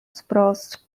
spruce